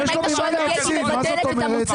ואם היית שואל אותי הייתי מבטלת את המוצר.